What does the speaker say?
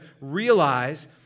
realize